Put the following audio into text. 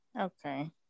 Okay